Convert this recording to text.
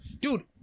Dude